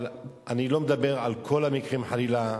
אבל אני לא מדבר על כל המקרים, חלילה.